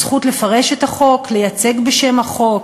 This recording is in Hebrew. זכות לפרש את החוק, לייצג בשם החוק,